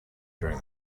during